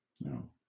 No